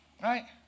right